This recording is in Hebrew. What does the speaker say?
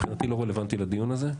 מבחינתי לא רלוונטי לדיון הזה.